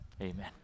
amen